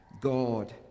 God